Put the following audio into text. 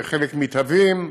וחלק מתהווים,